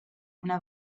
una